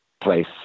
place